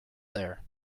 there